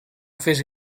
fes